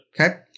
Okay